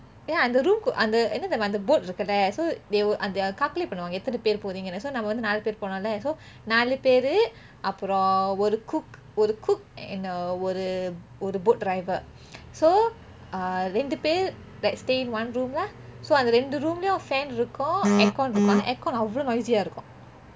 ya அந்த:antha room என்ன தெரிமா அந்த:enna therima antha boat இருக்குல்ல:irukulleh so they அங்க:ange calculate பன்னுவாங்க எத்தனை பேர் போனீங்கனு:pannuvaange ethane per poneengenu so நம்ம வந்து நான்கு பேர் போனொல:namme vanthu naangu per ponnole so நான்கு பேரு அப்புறம் ஒரு:naangu peru apurom oru cook ஒரு:oru cook and ஒரு:oru boat driver so ரெண்டு பேர்:rendu per like stay in one room lah so அந்த ரெண்டு:antha rendu room லேயும்:leiyum fan இருக்கும்:irukum aircon இருக்கும் அந்த:irukum antha aircon அவளோ:avalo noisy ah இருக்கும் :irukum